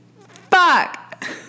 Fuck